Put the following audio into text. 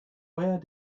where